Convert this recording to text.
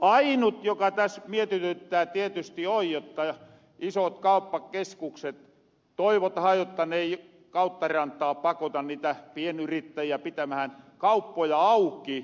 ainut joka täs mietityttää tietysti on jotta toivotahan että isot kauppakeskukset ei kautta rantain pakota niitä pienyrittäjiä pitämähän kauppoja auki